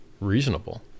reasonable